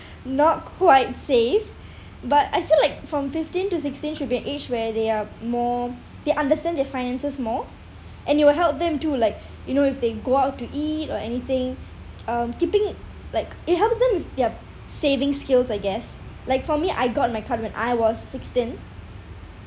not quite safe but I feel like from fifteen to sixteen should be an age where they are more they understand their finances more and it will help them to like you know if they go out to eat or anything um keeping like it helped them with their saving skills I guess like for me I got my card when I was sixteen